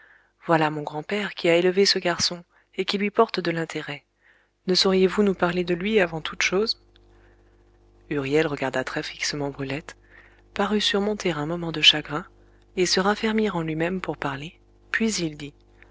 voilà mon grand-père qui a élevé ce garçon et qui lui porte de l'intérêt ne sauriez-vous nous parler de lui avant toutes choses huriel regarda très fixement brulette parut surmonter un moment de chagrin et se raffermir en lui-même pour parler puis il dit